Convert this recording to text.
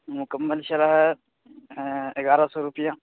مکمل شرح ہے اگیارہ سو روپیہ